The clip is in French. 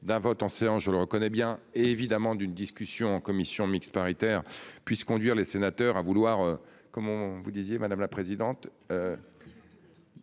d'un vote en séance, je le reconnais bien évidemment d'une discussion en commission mixte paritaire puisse conduire les sénateurs à vouloir comme on vous disiez madame la présidente.